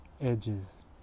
edges